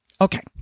okay